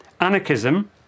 Anarchism